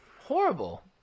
Horrible